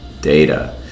data